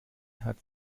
hat